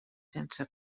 sense